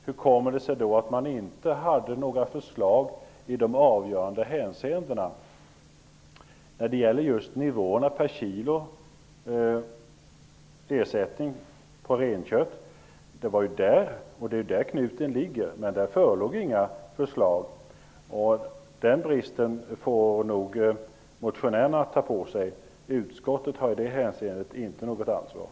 Hur kommer det sig då att man inte hade några förslag när det gäller nivåerna på ersättningen per kilo renkött? Det är ju där knuten ligger. Men det förelåg inga förslag. Den bristen får nog motionärerna ta på sig. Utskottet har inte något ansvar i det hänseendet.